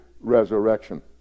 resurrection